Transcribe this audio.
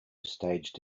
staged